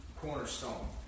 cornerstone